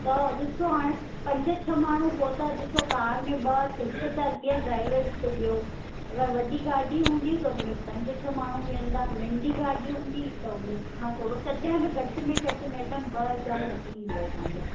त ॾिसो हाणे पंज छह माण्हू पोइ त ॾिसो कार में ॿ हिकु त अॻियां ड्राइवर हिकु ॿियो अगरि वॾी गाॾी हूंदी त उनमें पंज छह माण्हू वेहंदा नंढी गाॾी हूंदी त उनखां थोरो तॾहिं बि घटि में घटि मैडम ॿ हज़ार लॻंदव तव्हांजा